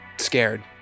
scared